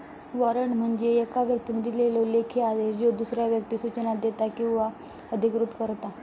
warrant म्हणजे येका व्यक्तीन दिलेलो लेखी आदेश ज्यो दुसऱ्या व्यक्तीक सूचना देता किंवा अधिकृत करता